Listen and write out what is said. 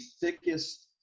thickest